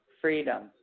freedom